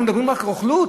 אנחנו מדברים רק על רוכלות?